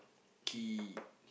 he